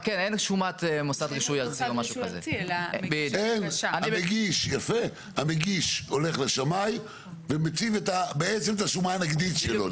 מוסדות רישוי ארציים --- מי הולך לקפוץ בזכות זה?